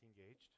engaged